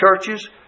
churches